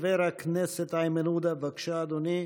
חבר הכנסת איימן עודה, בבקשה, אדוני.